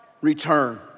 return